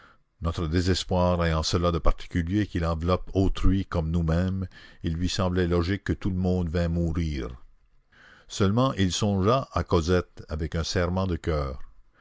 notre désespoir ayant cela de particulier qu'il enveloppe autrui comme nous-mêmes il lui semblait logique que tout le monde vînt mourir seulement il songea à cosette avec un serrement de coeur